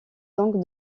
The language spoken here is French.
donc